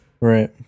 Right